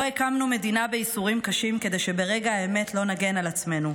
לא הקמנו מדינה בייסורים קשים כדי שברגע האמת לא נגן על עצמנו,